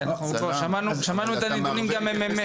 כי שמענו פה את הנתונים גם מה-ממ״מ.